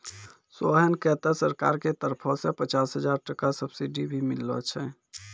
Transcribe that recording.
सोहन कॅ त सरकार के तरफो सॅ पचास हजार टका सब्सिडी भी मिललो छै